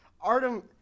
Artem